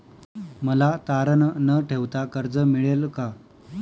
मला तारण न ठेवता कर्ज मिळेल का?